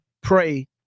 pray